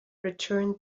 returned